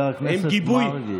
עם גיבוי.